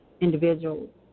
individuals